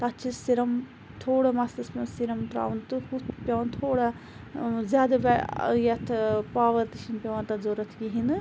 تَتھ چھِ سِرَم تھوڑا مَستَس مَنٛز سِرَم تراوُن تہٕ ہُتھ پیٚوان تھوڑا زیادٕ یَتھ پاوَر تہِ چھُنہٕ پیٚوان تَتھ ضرورَت کِہِیٖنۍ نہٕ